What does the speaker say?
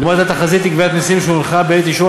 לעומת התחזית לגביית מסים שהונחה בעת אישור